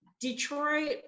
detroit